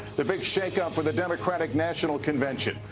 the big shakeup for the democratic national convention.